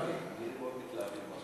הם נראים מאוד מתלהבים.